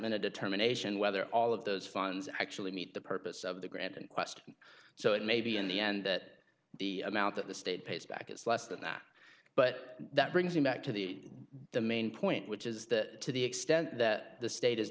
been a determination whether all of those funds actually meet the purpose of the grant in question so it may be in the end that the amount that the state pays back is less than that but that brings me back to the the main point which is that to the extent that the state is